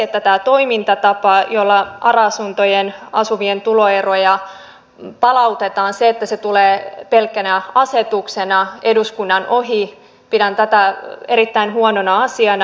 pidän tätä toimintatapaa jolla ara asunnoissa asuvien tulorajoja palautetaan sitä että se tulee pelkkänä asetuksena eduskunnan ohi erittäin huonona asiana